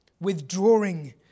withdrawing